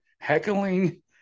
heckling